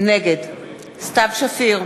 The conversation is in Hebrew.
נגד סתיו שפיר,